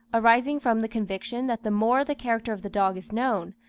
arising from the conviction that the more the character of the dog is known,